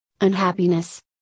Unhappiness